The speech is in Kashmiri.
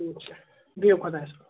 ٹھیٖک چھُ بِہِو خۄدایَس حَوال